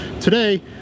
Today